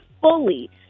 fully